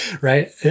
Right